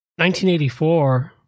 1984